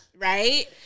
Right